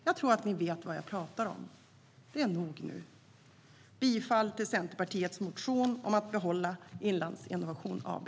Jag tror att ni vet vad jag talar om. Det är nog nu! Jag yrkar bifall till Centerpartiets motion om att behålla Inlandsinnovation AB.